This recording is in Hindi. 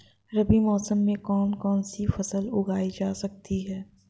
रबी मौसम में कौन कौनसी फसल उगाई जा सकती है?